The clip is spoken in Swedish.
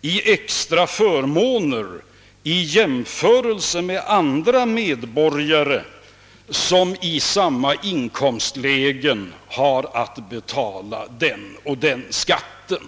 dem extra förmåner — i jämförelse med andra medborgare som i samma inkomstläge har att betala skatter.